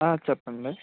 చెప్పండి